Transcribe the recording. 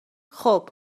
خوب